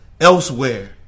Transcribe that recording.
elsewhere